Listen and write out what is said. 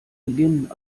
beginn